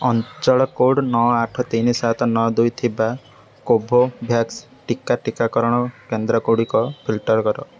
ଅଞ୍ଚଳ କୋଡ଼୍ ନଅ ଆଠ ତିନି ସାତ ନଅ ଦୁଇ ଥିବା କୋଭୋଭ୍ୟାକ୍ସ ଟିକା ଟିକାକରଣ କେନ୍ଦ୍ରଗୁଡ଼ିକ ଫିଲ୍ଟର୍ କର